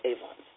Avon